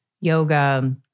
yoga